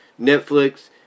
Netflix